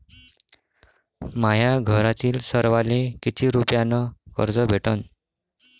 माह्या घरातील सर्वाले किती रुप्यान कर्ज भेटन?